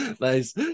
Nice